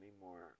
anymore